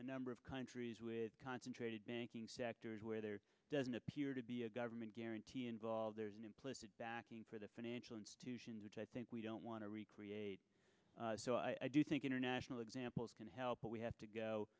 a number of countries with concentrated banking sectors where there doesn't appear to be a government guarantee involved there's an implicit backing for the financial institutions which i think we don't want to recreate so i do think international examples can help but we have to go